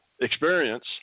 experience